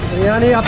biryani,